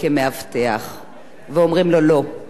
יש לך עבר פלילי בגיל 14. נכון,